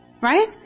Right